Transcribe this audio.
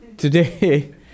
Today